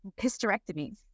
hysterectomies